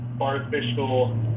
artificial